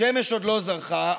השמש עוד לא זרחה,